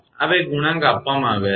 આ બે ગુણાંક આપવામાં આવ્યા છે